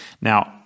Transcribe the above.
Now